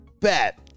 Bet